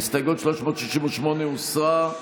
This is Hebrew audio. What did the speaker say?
הסתייגות 368 הוסרה.